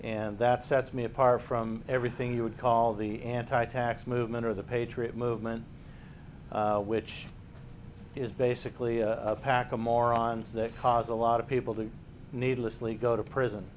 and that sets me apart from everything you would call the anti tax movement or the patriot movement which is basically a pack of morons that cause a lot of people to needlessly go to prison